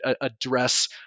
address